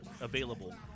available